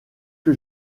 que